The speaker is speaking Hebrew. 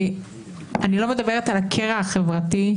אני לא מדברת על הקרע החברתי,